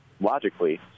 logically